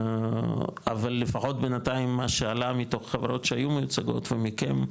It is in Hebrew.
אבל לפחות בינתיים מה שעלה מתוך חברות שהיו מיוצגות ומכם,